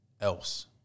else